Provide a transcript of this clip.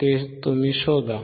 ते शोधा